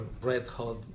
red-hot